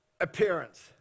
appearance